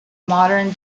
modern